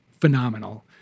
phenomenal